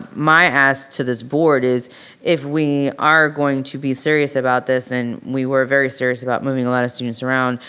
um my ask to this board is if we are going to be serious about this and we were very serious about moving a lot of students around,